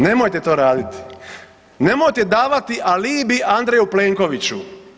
Nemojte to raditi, nemojte davati alibi Andreju Plenkoviću.